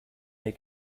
may